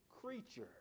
creature